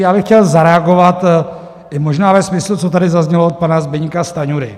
Já bych chtěl zareagovat možná i ve smyslu, co tady zaznělo od pana Zbyňka Stanjury.